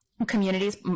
communities